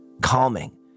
calming